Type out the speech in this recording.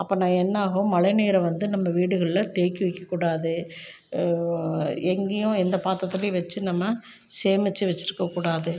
அப்படினா என்னாகும் மழை நீரை வந்து நம்ம வீடுகளில் தேக்கி வைக்க கூடாது எங்கேயும் எந்த பாத்திரத்துலேயும் வச்சு நம்ம சேமித்து வச்சுருக்க கூடாது